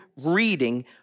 reading